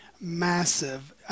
massive